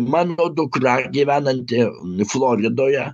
mano dukra gyvenanti floridoje